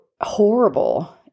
horrible